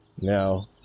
Now